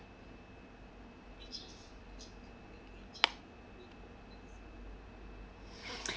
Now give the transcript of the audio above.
Z>